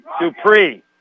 Dupree